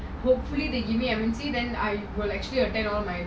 hopefully they give me M_M_C then I will actually attend all my